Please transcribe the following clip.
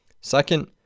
Second